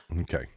Okay